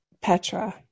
Petra